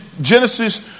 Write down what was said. Genesis